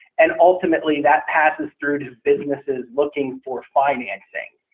and ultimately that passes through to businesses looking for financing.